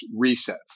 resets